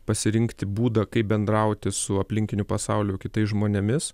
pasirinkti būdą kaip bendrauti su aplinkiniu pasauliu kitais žmonėmis